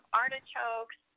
artichokes